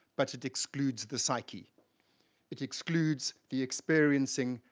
but it excludes the psyche it excludes the experiencing,